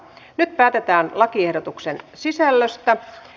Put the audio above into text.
nyt päätetään lakiehdotusten sisällöstä